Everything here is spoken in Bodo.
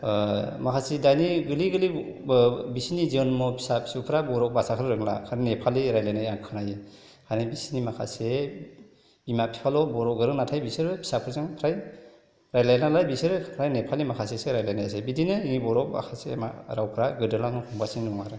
माखासे दानि गोरलै गोरलै बिसिनि जन्म फिसा फिसौफ्रा बर' भाषाखौ रोंला खालि नेपालि रायज्लायनाय आं खोनायो माने बिसिनि माखासे बिमा बिफाल' बर' गोरों नाथाय बिसोरो फिसाफोरजों फ्राय रायज्लायानालाय बिसोरो फ्राय नेपालि माखासेसो रायज्लायनाय जायो बिदिनो जोंनि बर' माखासे मा रावफ्रा गोदोलांनो हमगासिनो दङ आरो